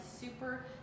super